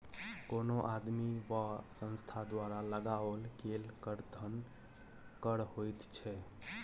कोनो आदमी वा संस्था द्वारा लगाओल गेल कर धन कर होइत छै